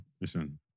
Listen